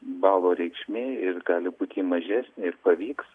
balo reikšmė ir gali būt ji mažesnė ir pavyks